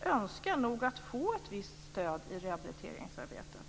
önskar nog att få ett visst stöd i rehabiliteringsarbetet.